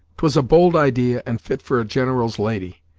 twas a bold idea, and fit for a general's lady,